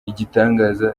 igitangaza